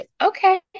okay